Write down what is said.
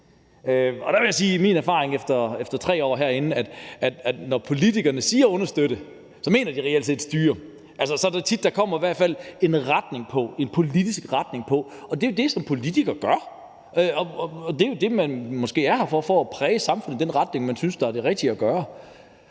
Der vil jeg sige, at min erfaring efter 3 år herinde er, at når politikere siger »understøtte«, så mener de reelt set at styre det. Så er det i hvert fald tit sådan, at der kommer en politisk retning på det. Og det er jo det, som politikere gør. Det er måske det, man er her for, altså for at præge samfundet i den retning, som man synes er den rigtige. Men